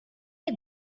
get